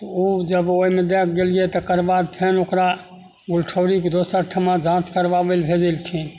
उ जब ओइमे दैके गेलिये तकर बाद फेन ओकरा गुरठौरीके दोसर ठमा जाँच करबाबय लए भेजलखिन